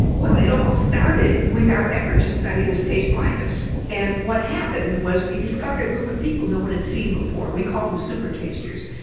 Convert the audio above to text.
well it all started with our effort to study this taste blindness and what happened was we discovered a group of people no one had seen before, we called them supertasters.